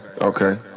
okay